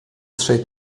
trzej